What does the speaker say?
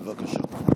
בבקשה.